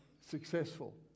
successful